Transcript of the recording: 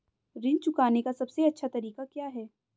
ऋण चुकाने का सबसे अच्छा तरीका क्या है?